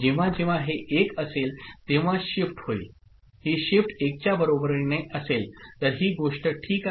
जेव्हा जेव्हा हे 1 असेल तेव्हा शिफ्ट होईल ही शिफ्ट 1 च्या बरोबरीने असेल तर ही गोष्ट ठीक आहे